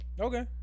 Okay